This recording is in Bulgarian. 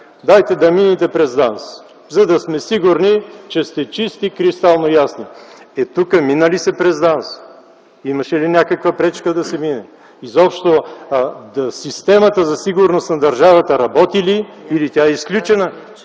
дайте да минете през ДАНС, за да сме сигурни, че сте кристално чисти. Е, тук мина ли се през ДАНС? Имаше ли някаква пречка да се мине? Изобщо системата за сигурност на държавата работи ли, или тя е изключена?